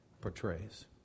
portrays